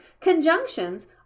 conjunctions